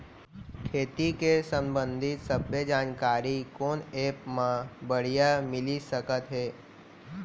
खेती के संबंधित सब्बे जानकारी कोन एप मा बढ़िया मिलिस सकत हे?